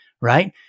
Right